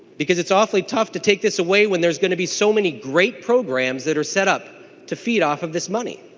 because it's awfully tough to take this away when there's going to be so many great programs that are set up to feed off this money.